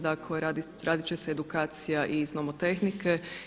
Dakle, radit će se edukacija i iz nomotehnike.